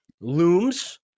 looms